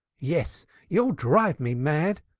yes, you'll drive me mad,